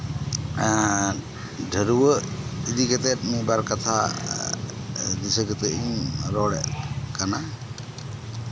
ᱮᱸᱫ ᱰᱷᱟᱹᱨᱣᱟᱹᱜ ᱤᱫᱤ ᱠᱟᱛᱮ ᱢᱤᱫᱼᱵᱟᱨ ᱠᱟᱛᱷᱟ ᱫᱤᱥᱟᱹ ᱠᱟᱛᱮ ᱤᱧ ᱨᱚᱲᱮᱫ ᱠᱟᱱᱟ